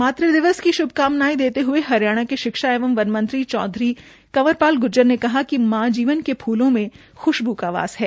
मातु दिवस की श्भकामनायें देते हये हरियाणा के शिक्षा एवं वन मंत्री चौधरी कंवरपाल ग्र्जर ने कहा है कि मां जीवन के फूलों में खुशब् का वास है